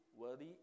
worthy